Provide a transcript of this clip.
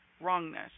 wrongness